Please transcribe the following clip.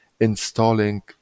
installing